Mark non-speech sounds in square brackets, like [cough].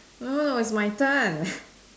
no no no it's my turn [breath]